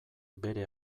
bere